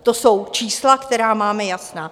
To jsou čísla, která máme jasná.